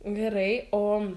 gerai o